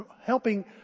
helping